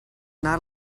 not